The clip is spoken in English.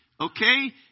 Okay